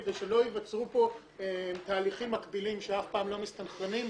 כדי שלא ייווצרו פה תהליכים מקבילים שאף פעם לא מסתנכרנים.